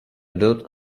don’t